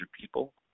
people